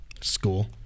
School